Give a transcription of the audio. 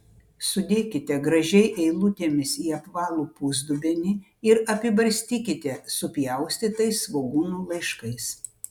sudėkite gražiai eilutėmis į apvalų pusdubenį ir apibarstykite supjaustytais svogūnų laiškais